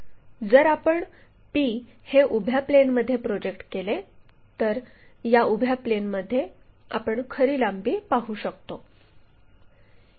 जर आपण P हे उभ्या प्लेनमध्ये प्रोजेक्ट केले तर या उभ्या प्लेनमध्ये आपण खरी लांबी पाहू शकतो